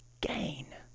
gain